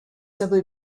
simply